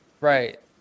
right